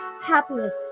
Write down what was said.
Happiness